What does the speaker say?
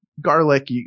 garlic